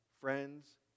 Friends